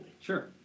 Sure